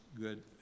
good